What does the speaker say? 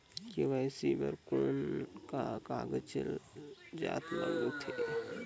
KYC बर कौन का कागजात लगथे?